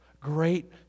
Great